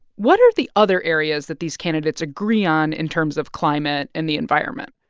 what are the other areas that these candidates agree on in terms of climate and the environment?